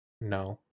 no